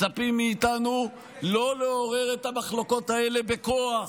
מצפים מאיתנו לא לעורר את המחלוקות האלה בכוח.